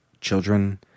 children